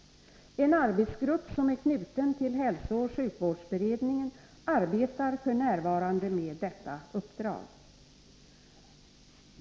En arbetsgrupp som är knuten till hälsooch sjukvårdsberedningen arbetar f. n. med detta uppdrag.